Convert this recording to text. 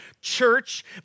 church